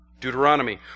Deuteronomy